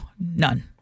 None